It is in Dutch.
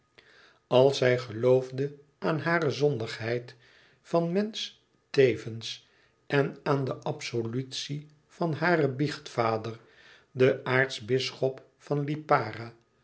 als zij geloofde aan hare zondigheid van mensch tevens en aan de absolutie van haren biechtvader den aartsbisschop van lipara